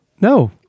No